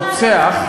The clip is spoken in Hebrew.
הרוצח,